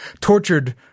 tortured